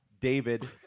David